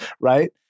right